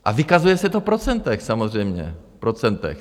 A vykazuje se to v procentech, samozřejmě v procentech.